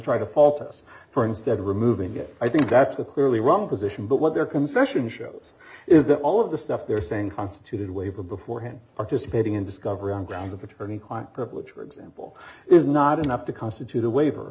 try to fault us for instead of removing it i think that's a clearly wrong position but what they're concession shows is that all of the stuff they're saying constituted waiver beforehand participating in discovery on grounds of attorney client privilege for example is not enough to constitute a waiver